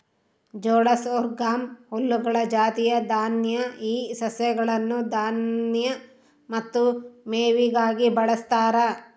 ಜೋಳ ಸೊರ್ಗಮ್ ಹುಲ್ಲುಗಳ ಜಾತಿಯ ದಾನ್ಯ ಈ ಸಸ್ಯಗಳನ್ನು ದಾನ್ಯ ಮತ್ತು ಮೇವಿಗಾಗಿ ಬಳಸ್ತಾರ